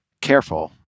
careful